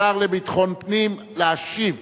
השר לביטחון פנים, להשיב